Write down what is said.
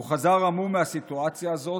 הוא חזר המום מהסיטואציה הזאת.